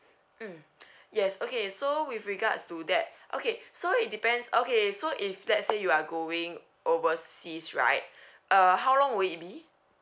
mm yes okay so with regards to that okay so it depends okay so if let's say you are going overseas right uh how long will it be